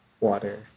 water